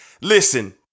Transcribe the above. Listen